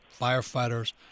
firefighters